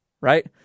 right